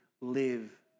live